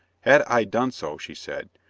had i done so, she said,